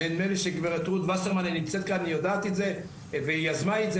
נדמה לי שרות וסרמן שנמצאת כאן יודעת את זה והיא יזמה את זה,